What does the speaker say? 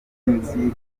nzi